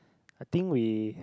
I think we